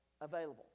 available